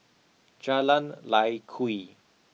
Jalan Lye Kwee